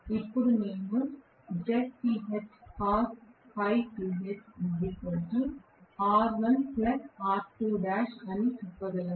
ఇప్పుడు నేను అని చెప్పగలను